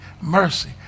mercy